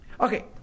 Okay